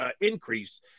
increase